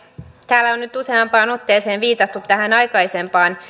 täällä on nyt useampaan otteeseen viitattu tähän aikaisempaan